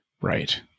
Right